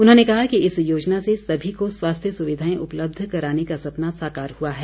उन्होंने कहा कि इस योजना से समी को स्वास्थ्य सुविधाएं उपलब्ध कराने का सपना साकार हुआ है